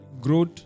growth